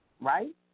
Right